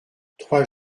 trois